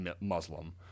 Muslim